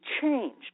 changed